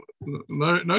no